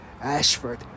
Ashford